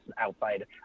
outside